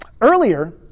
Earlier